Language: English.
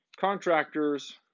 contractors